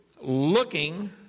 looking